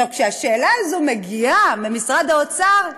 עכשיו, כשהשאלה הזאת מגיעה ממשרד האוצר,